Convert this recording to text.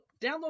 download